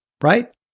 Right